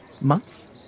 Months